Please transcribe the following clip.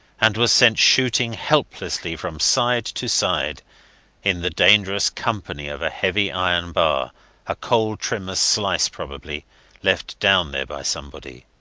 and was sent shooting helplessly from side to side in the dangerous company of a heavy iron bar a coal-trimmers slice probably left down there by somebody.